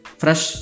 fresh